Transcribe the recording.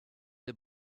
der